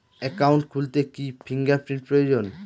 Account খুলতে কি fingerprint প্রয়োজন?